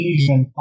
Asian